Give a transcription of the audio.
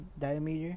diameter